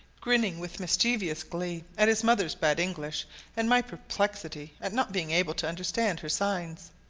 grinning with mischievous glee at his mother's bad english and my perplexity at not being able to understand her signs.